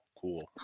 cool